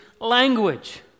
language